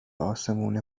آسمون